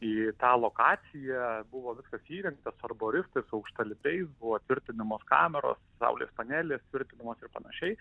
į tą lokaciją buvo viskas įrengta buvo tvirtinamos kameros saulės panelės tvirtinamos ir panašiai